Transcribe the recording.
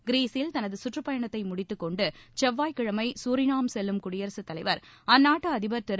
கிர்ஸில் தனது சுற்றுப் பயணத்தை முடித்து கொண்டு செவ்வாய் கிழமை சூரினாம் செல்லும் குடியரசு தலைவர் அந்நாட்டு அதிபர் திரு